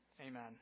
Amen